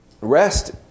Rest